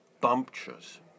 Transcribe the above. bumptious